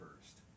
first